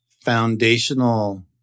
foundational